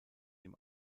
dem